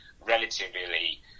relatively